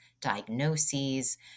diagnoses